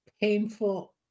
painful